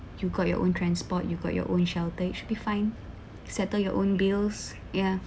you got your own transport you got your own shelter you should be fine settle your own bills ya